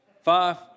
Five